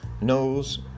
knows